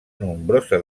nombrosa